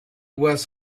was